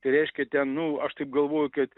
tai reiškia ten nu aš taip galvoju kad